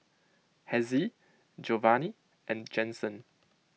Hezzie Giovanni and Jensen